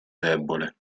debole